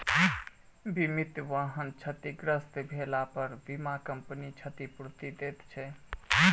बीमित वाहन क्षतिग्रस्त भेलापर बीमा कम्पनी क्षतिपूर्ति दैत छै